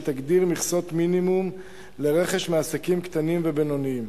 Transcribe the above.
שתגדיר מכסות מינימום לרכש מעסקים קטנים ובינוניים,